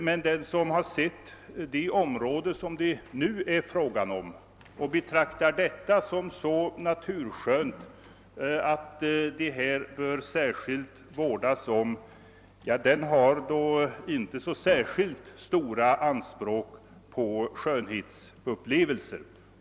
Men den som har sett det område som det nu är fråga om och betraktar det såsom så naturskönt att det särskilt bör vårdas har inte så särskilt stora anspråk på skönhetsupplevelser.